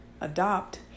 adopt